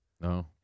No